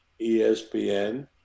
ESPN